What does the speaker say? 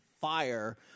fire